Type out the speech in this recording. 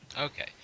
Okay